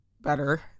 better